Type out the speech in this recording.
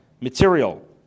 material